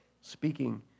speaking